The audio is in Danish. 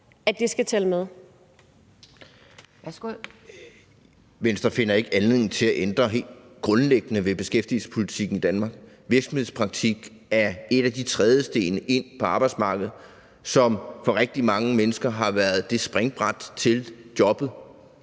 Andersen (V): Venstre finder ikke anledning til at ændre helt grundlæggende på beskæftigelsespolitikken i Danmark. Virksomhedspraktik er en af de trædesten ind på arbejdsmarkedet, som for rigtig mange mennesker har været springbrættet til jobbet.